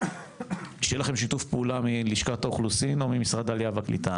שיהיה לכם שיתוף פעולה מלשכת האוכלוסין או ממשרד העלייה הקליטה.